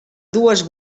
dues